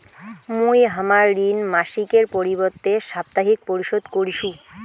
মুই হামার ঋণ মাসিকের পরিবর্তে সাপ্তাহিক পরিশোধ করিসু